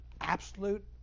absolute